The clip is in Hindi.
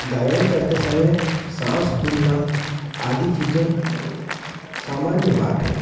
गायन करते समय साँस फूलना आदि चीजें सामान्य बात है